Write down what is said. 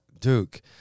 Duke